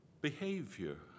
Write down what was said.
Behavior